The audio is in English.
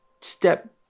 step